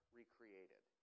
recreated